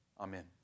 Amen